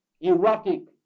erotic